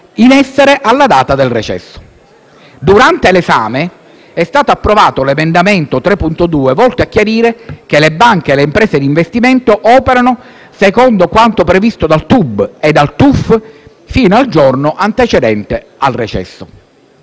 in essere alla data del recesso. Durante l'esame, è stato approvato l'emendamento 3.2, volto a chiarire che le banche e le imprese d'investimento operano secondo quanto previsto dal TUB e dal TUF fino al giorno antecedente al recesso.